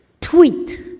tweet